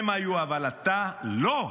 הם היו, אבל אתה לא.